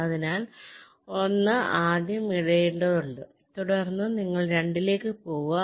അതിനാൽ 1 ആദ്യം ഇടേണ്ടതുണ്ട് തുടർന്ന് നിങ്ങൾ 2 ലേക്ക് പോകുക